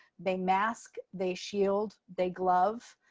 they mask they shield they glove,